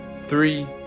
three